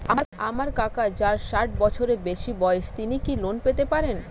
আমার কাকা যার ষাঠ বছরের বেশি বয়স তিনি কি ঋন পেতে পারেন?